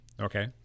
Okay